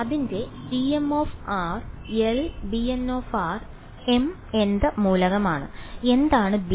അതിന്റെ tm Lbn mnth മൂലകമാണ് എന്താണ് bm